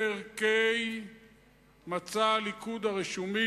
בערכי מצע הליכוד הרשום,